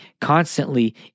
constantly